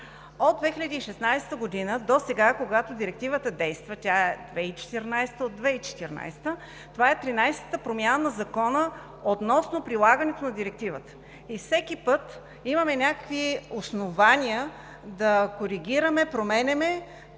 От 2016 г. досега, когато Директивата действа, тя е от 2014 г. – от 2014 г., това е тринадесетата промяна на Закона относно прилагането на Директивата. Всеки път имаме някакви основания да коригираме, променяме